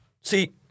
see